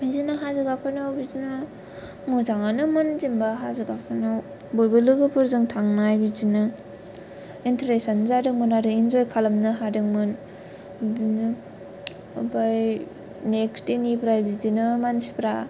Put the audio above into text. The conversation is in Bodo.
बिदिनो हाजो गाखोनो बिदिनो मोजाङानोमोन जेनबा हाजो गाखोनायाव बयबो लोगोफोरजों थांनाय बिदिनो इन्टारेस्टानो जादोंमोन आरो इन्जय खालामनो हादोंमोन बिदिनो आमफ्राय नेक्सट डेनिफ्राय बिदिनो मानसिफ्रा